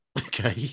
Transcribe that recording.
Okay